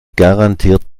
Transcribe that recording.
garantiert